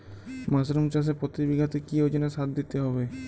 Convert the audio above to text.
Mushroom চাষে প্রতি বিঘাতে কি ওজনে সার দিতে হবে?